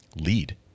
lead